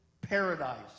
paradise